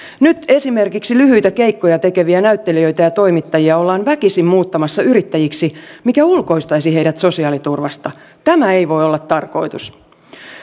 nyt esimerkiksi lyhyitä keikkoja tekeviä näyttelijöitä ja toimittajia ollaan väkisin muuttamassa yrittäjiksi mikä ulkoistaisi heidät sosiaaliturvasta tämä ei voi olla tarkoitus